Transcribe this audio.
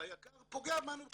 שהיק"ר פוגע בנו כמטופלים.